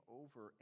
over